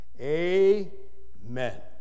amen